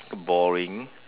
boring